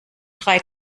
drei